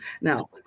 Now